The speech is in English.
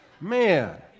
man